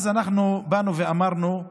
אז אנחנו באנו ואמרנו: